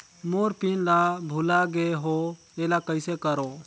मोर PIN ला भुला गे हो एला कइसे करो?